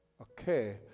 Okay